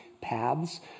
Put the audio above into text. paths